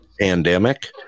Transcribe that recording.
pandemic